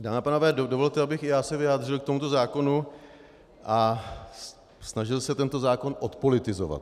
Dámy a pánové, dovolte, abych i já se vyjádřil k tomuto zákonu a snažil se tento zákon odpolitizovat.